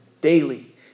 daily